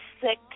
sick